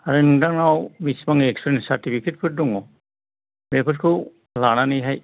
आरो नोंथांनाव बेसेबां एक्सपिरियेन्स सार्टिफिकेट फोर दङ बेफोरखौ लानानैहाय